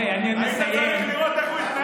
היית צריך לראות איך הוא התנהג,